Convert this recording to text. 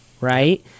Right